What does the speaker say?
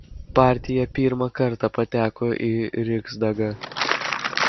partija pirmą kartą pateko į riksdagą